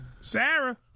Sarah